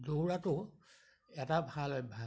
দৌৰাটো এটা ভাল অভ্যাস